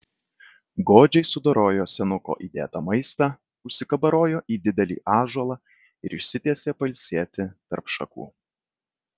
godžiai sudorojo senuko įdėtą maistą užsikabarojo į didelį ąžuolą ir išsitiesė pailsėti tarp šakų